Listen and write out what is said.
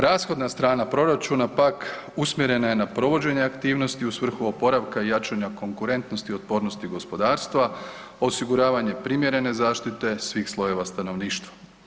Rashodna strana proračuna pak usmjerena je na provođenje aktivnosti u svrhu oporavka i jačanja konkurentnosti otpornosti gospodarstva, osiguravanje primjerene zaštite svih slojeva stanovništva.